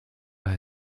los